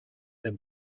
the